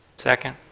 second.